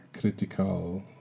critical